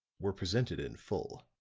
were presented in full.